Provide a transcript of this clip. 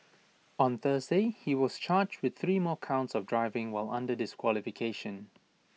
on Thursday he was charged with three more counts of driving while under disqualification